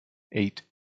eight